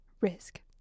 Risk